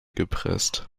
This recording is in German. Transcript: gepresst